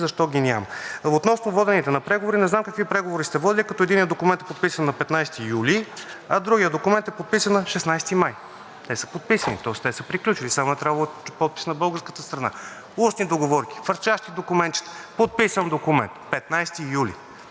защо ги няма. Относно воденето на преговори – не знам какви преговори сте водили, като единият документ е подписан на 15 юли, а другият документ е подписан на 16 май. Те са подписани, тоест те са приключили – само е трябвало подпис на българската страна. Устни договорки, хвърчащи документчета! Подписан документ – 15 юли!